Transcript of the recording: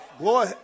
Boy